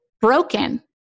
broken